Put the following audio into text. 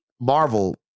Marvel